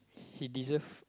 he deserve